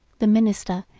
the minister,